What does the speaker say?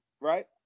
right